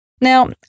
Now